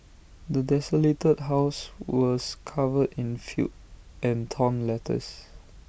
the desolated house was covered in filth and torn letters